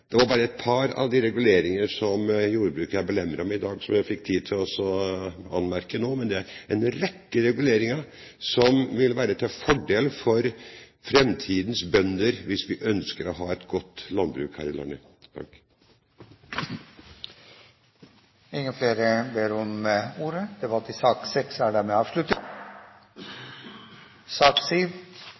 Det var bare et par av de reguleringene som jordbruket er belemret med i dag, som jeg fikk tid til å bemerke noe om nå, men det er en rekke reguleringer som ikke vil være til fordel for framtidens bønder hvis vi ønsker å ha et godt landbruk her i landet. Flere har ikke bedt om ordet til sak